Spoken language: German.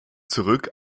zurück